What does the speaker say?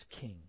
king